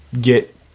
Get